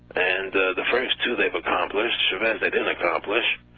and the first two they have accomplished, chavez they didn't accomplish.